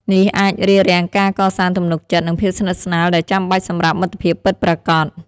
នេះអាចរារាំងការកសាងទំនុកចិត្ត និងភាពស្និទ្ធស្នាលដែលចាំបាច់សម្រាប់មិត្តភាពពិតប្រាកដ។